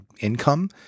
income